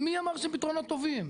מי אמר שהם פתרונות טובים?